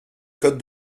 code